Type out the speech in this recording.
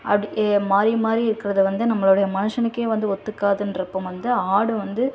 அப்படி மாறி மாறி இருக்கிறது வந்து நம்மளுடைய மனுஷனுக்கே வந்து ஒத்துக்காதுன்றப்போ வந்து ஆடு வந்து